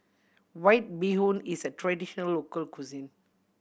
White Bee Hoon is a traditional local cuisine